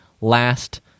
last